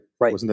Right